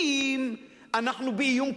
אם אנחנו באיום קיומי,